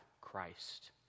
Christ